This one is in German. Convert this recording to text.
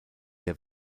der